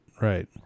Right